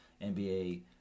NBA